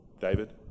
David